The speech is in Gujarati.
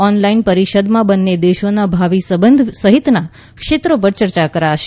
ઓનલાઈન પરિષદમાં બંને દેશોના ભાવિ સંબંધ સહિતના ક્ષેત્રો પર ચર્ચા કરાશે